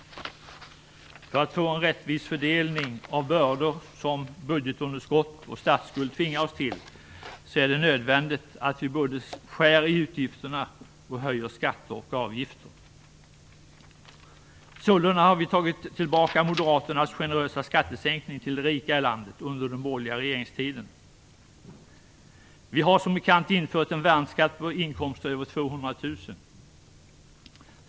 För att få en rättvis fördelning av bördor som budgetunderskott och statsskuld tvingar oss till är det nödvändigt att vi både skär i utgifterna och höjer skatter och avgifter. Sålunda har vi tagit tillbaka moderaternas generösa skattesänkning för de rika i landet under den borgerliga regeringstiden. Vi har som bekant också infört en värnskatt på inkomster över 200 000 kronor.